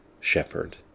shepherd